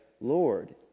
Lord